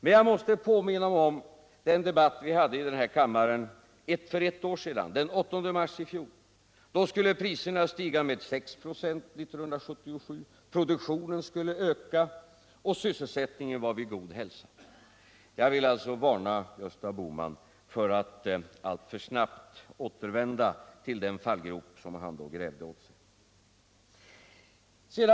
Men jag måste påminna honom om den debatt vi hade här i kammaren för ett år sedan, den 8 mars i fjol. Då sade Gösta Bohman att priserna skulle stiga med 6 24 1977. produktionen skulle öka och sysselsättningen var vid god hälsa. Jag vill alltså varna Gösta Bohman för att återvända till den fallgrop som han då grävde åt sig.